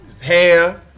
hair